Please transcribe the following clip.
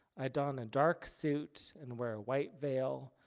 i don a dark suit and wear a white veil.